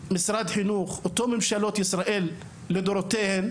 משרד חינוך, אותן ממשלות ישראל לדורותיהן,